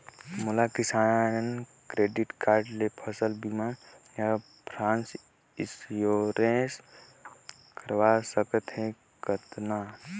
मोला किसान credit card ले फसल बीमा या क्रॉप इंश्योरेंस करवा सकथ हे कतना?